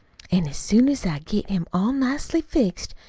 an' as soon as i get him all nicely fixed,